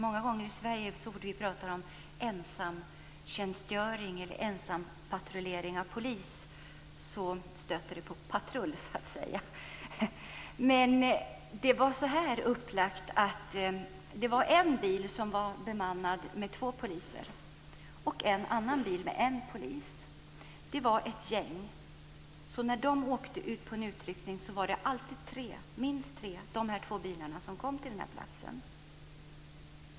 Så fort vi i Sverige pratar om ensamtjänstgöring eller ensampatrullering för poliser stöter det på patrull, så att säga. Där hade man en bil som var bemannad med två poliser och en annan med en polis. De var ett gäng, så när de åkte ut på en utryckning var de alltid minst tre i dessa två bilar som kom till platsen.